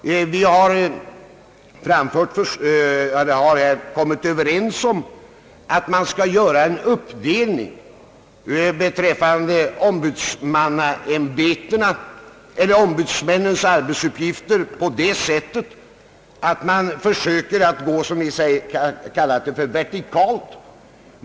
Vi har kommit överens om att en uppdelning beträffande ombudsmännens arbetsuppgifter på det sättet att man försöker gå, som vi kallar det, vertikalt.